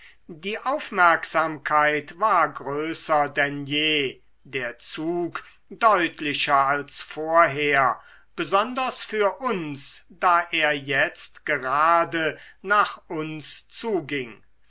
die aufmerksamkeit war größer denn je der zug deutlicher als vorher besonders für uns da er jetzt gerade nach uns zuging